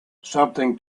something